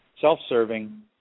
Self-serving